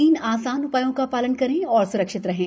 तीन आसान उपायों का पालन करें और स्रक्षित रहें